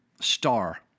star